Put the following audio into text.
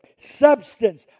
substance